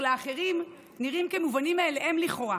לאחרים נראים כמובנים מאליהם לכאורה,